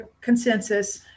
consensus